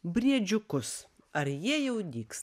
briedžiukus ar jie jau dygs